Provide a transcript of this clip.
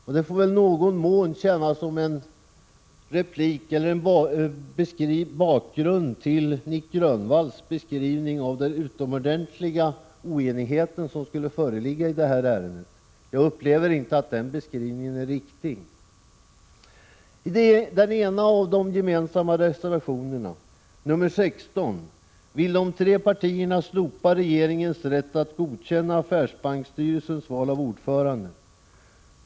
Detta får i någon mån tjäna som motvikt till Nic Grönvalls beskrivning av den utomordentliga oenighet som skulle föreligga i det här ärendet — jag upplever inte att den beskrivningen är riktig. I den ena reservationen, nr 16, vill de tre partierna slopa regeringens rätt att godkänna affärsbanksstyrelsens val av ordförande.